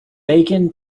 bacon